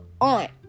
aunt